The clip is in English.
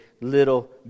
little